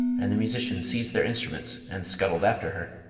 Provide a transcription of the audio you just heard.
and the musicians seized their instruments and scuttled after her.